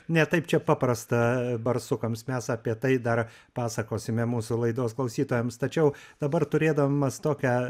ne taip čia paprasta barsukams mes apie tai dar pasakosime mūsų laidos klausytojams tačiau dabar turėdamas tokią